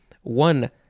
One